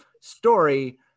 story